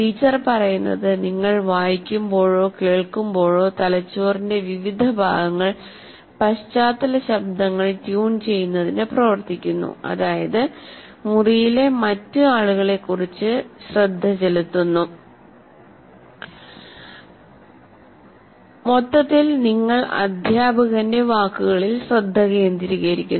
teacher പറയുന്നത് നിങ്ങൾ വായിക്കുമ്പോഴോ കേൾക്കുമ്പോഴോ തലച്ചോറിന്റെ വിവിധ ഭാഗങ്ങൾ പശ്ചാത്തല ശബ്ദങ്ങൾ ട്യൂൺ ചെയ്യുന്നതിന് പ്രവർത്തിക്കുന്നു അതായത് മുറിയിലെ മറ്റ് ആളുകളെ കുറിച്ച് കുറച്ച് ശ്രദ്ധ ചെലുത്തുന്നു മൊത്തത്തിൽ നിങ്ങൾ അധ്യാപകന്റെ വാക്കുകളിൽ ശ്രദ്ധ കേന്ദ്രീകരിക്കുന്നു